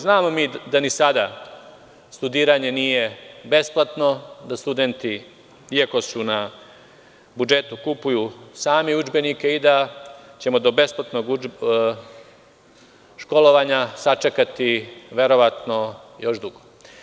Znamo mi da ni sada studiranje nije besplatno, da studenti, iako su na budžetu, kupuju sami udžbenike i da ćemo do besplatnog školovanja sačekati još dugo.